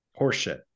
Horseshit